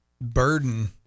burden